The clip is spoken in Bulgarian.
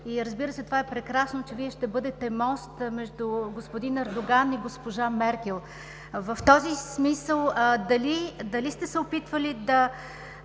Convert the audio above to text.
казахте, и това е прекрасно, че Вие ще бъдете мост между господин Ердоган и госпожа Меркел. В този смисъл: дали сте се опитвали да